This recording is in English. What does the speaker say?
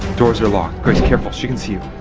doors are locked. just careful, she can see you.